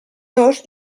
dos